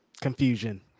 Confusion